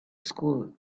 school